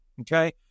Okay